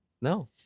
No